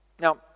Now